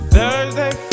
Thursday